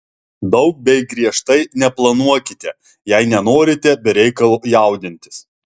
daug bei griežtai neplanuokite jei nenorite be reikalo jaudintis